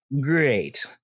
Great